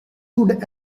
could